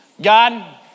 God